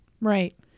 Right